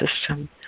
system